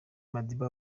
madiba